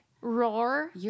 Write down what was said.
Roar